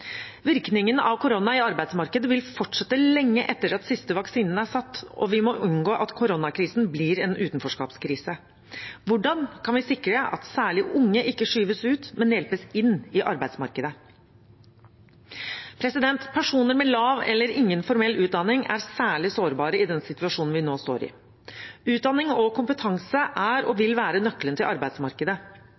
Virkningen av korona i arbeidsmarkedet vil fortsette lenge etter at siste vaksinen er satt, og vi må unngå at koronakrisen blir en utenforskapskrise. Hvordan kan vi sikre at særlig unge ikke skyves ut, men hjelpes inn i arbeidsmarkedet? Personer med lav eller ingen formell utdanning er særlig sårbare i den situasjonen vi nå står i. Utdanning og kompetanse er og vil være nøkkelen til arbeidsmarkedet.